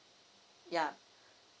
yeah